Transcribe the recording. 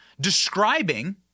describing